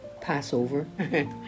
Passover